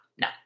No